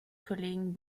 kollegen